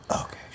Okay